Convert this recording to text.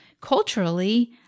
culturally